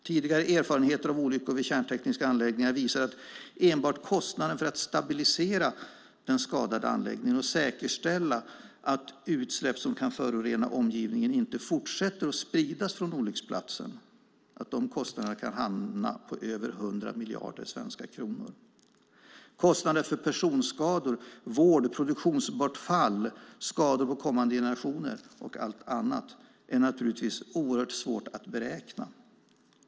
Tidigare erfarenheter av olyckor vid kärntekniska anläggningar visar att enbart kostnaderna för att stabilisera den skadade anläggningen och säkerställa att utsläpp som kan förorena omgivningen inte fortsätter att spridas från olycksplatsen kan hamna på över 100 miljarder svenska kronor. Kostnader för personskador, vård, produktionsbortfall, skador på kommande generationer och allt annat är naturligtvis oerhört svåra att beräkna.